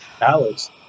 Alex